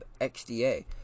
XDA